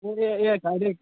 ꯍꯣꯏꯅꯦ ꯌꯥꯏ ꯀꯥꯏꯗꯦ